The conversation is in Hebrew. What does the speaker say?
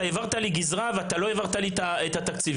אתה העברת לי גזרה ואתה לא העברת לי את התקציבים.